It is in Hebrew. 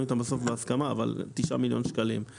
איתם בסוף להסכמה אבל תשעה מיליון שקלים.